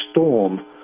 storm